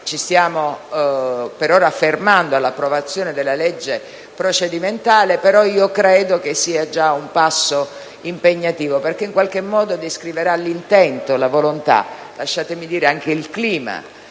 ci stiamo per ora fermando all'approvazione della legge procedimentale, però credo che sia già un passo impegnativo, perché descriverà l'intento, la volontà e - lasciatemi dire - anche il clima